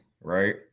right